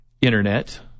Internet